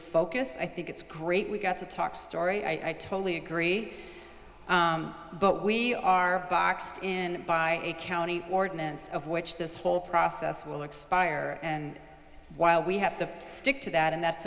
focus i think it's great we got to talk story i totally agree but we are boxed in by a county ordinance of which this whole process will expire and while we have to stick to that and that's